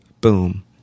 boom